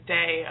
day